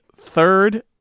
third